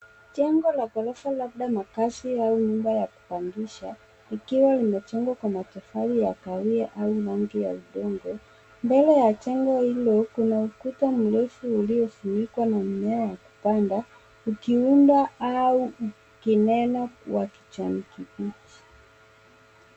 Jengo la ghorofa labda makazi au nyumba ya kupangisha, likiwa limejengwa kwa matofali ya kahawia au rangi ya udongo. Mbele ya jengo hilo, kuna ukuta mrefu uliofunikwa na mimea ya kupanda ikiunda au ikinena kuwa kijani kibichi.